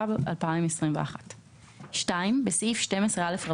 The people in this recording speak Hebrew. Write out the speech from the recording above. התשפ"ב-2021,"; (2)בסעיף 12א,